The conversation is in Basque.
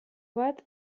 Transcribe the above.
bat